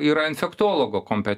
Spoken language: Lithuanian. yra infektologo kompe